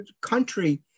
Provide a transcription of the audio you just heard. country